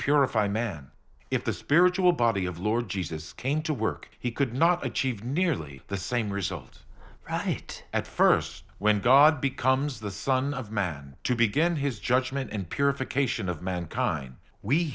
purify man if the spiritual body of lord jesus came to work he could not achieve nearly the same result right at st when god becomes the son of man to begin his judgment and purification of mankind we